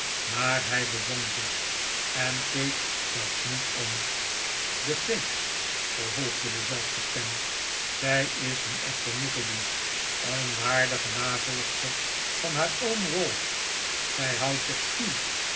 maar hij bedwong zich en keek zelfs niet om de feeks vervolgde dezelfde stem zij is een echte nickleby een waardige navolgster van haar oom ralph zij houdt zich schuw